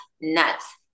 nuts